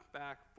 back